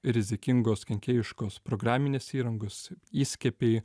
rizikingos kenkėjiškos programinės įrangos įskiepiai